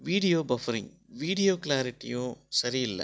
video buffering video கிளாரிட்டியும் சரி இல்லை